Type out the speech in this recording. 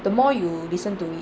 the more you listen to it